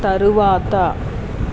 తరువాత